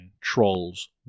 trolls